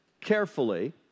carefully